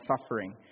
suffering